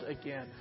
again